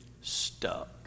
stuck